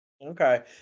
okay